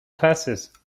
classes